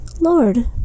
Lord